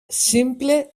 sinple